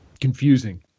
confusing